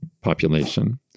population